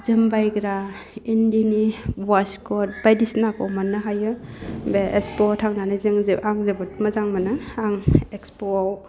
जोमबायग्रा इन्दिनि वास कट बायदिसिनाखौ मोननो हायो बे इसप'वाव थांनानै जों आं जोबोद मोनो आं इक्सप'वाव